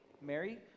Mary